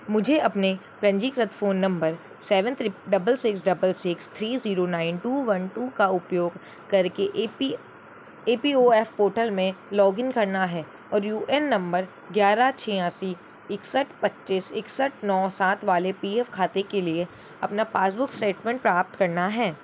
मुझे अपने पंजीकृत phone number seven triple double six double six three zero nine two one two का उपयोग करके A P A P O F portal में लॉगिन करना है और यू एन नंबर ग्यारह छियासी इकसठ पच्चीस इकसठ नौ सात वाले पी एफ खाते के लिए अपना पासबुक स्टेटमेंट प्राप्त करना है